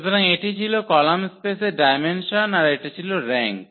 সুতরাং এটি ছিল কলাম স্পেসের ডায়মেনসন আর এটা ছিল র্যাঙ্ক